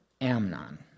Amnon